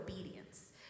obedience